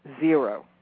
zero